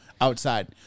Outside